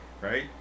Right